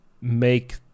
make